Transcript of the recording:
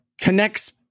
connects